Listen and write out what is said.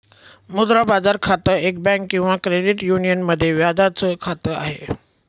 मुद्रा बाजार खातं, एक बँक किंवा क्रेडिट युनियन मध्ये व्याजाच खात आहे